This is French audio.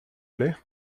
plait